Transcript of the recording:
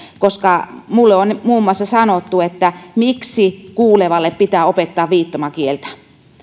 koska minulle on muun muassa sanottu että miksi kuulevalle pitää opettaa viittomakieltä